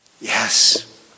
Yes